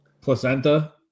Placenta